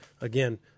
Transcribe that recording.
Again